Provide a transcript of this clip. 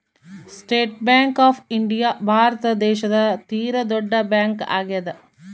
state Bank of India ಭಾರತ ದೇಶದ ತೀರ ದೊಡ್ಡ ಬ್ಯಾಂಕ್ ಆಗ್ಯಾದ